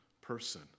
person